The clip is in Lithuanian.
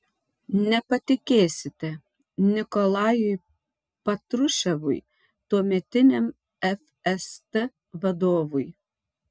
nepatikėsite nikolajui patruševui tuometiniam fst vadovui